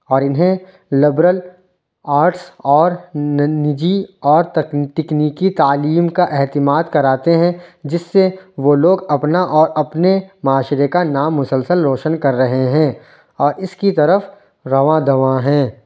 اور انہیں liberal arts اور نجی اور تکنیکی تعلیم کا اہتماد کراتے ہیں جس سے وہ لوگ اپنا اور اپنے معاشرے کا نام مسلسل روشن کر رہے ہیں اور اس کی طرف رواں دواں ہیں